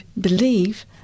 believe